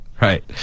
right